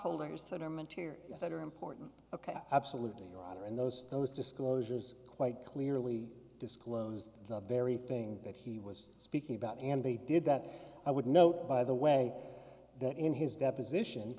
stockholders that are material that are important ok absolutely your honor and those those disclosures quite clearly disclosed the very thing that he was speaking about and they did that i would note by the way that in his deposition